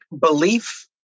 belief